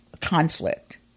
conflict